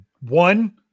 one